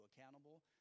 accountable